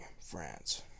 France